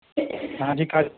हाँ जी